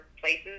places